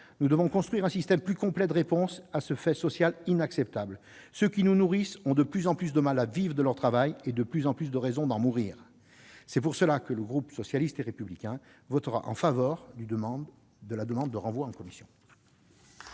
nous devons construire un système plus complet de réponses à ce fait social inacceptable : ceux qui nous nourrissent ont de plus en plus de mal à vivre de leur travail et de plus en plus de raisons d'en mourir. C'est pour cela que le groupe socialiste et républicain votera la motion de renvoi à la commission.